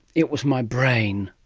it was my brain.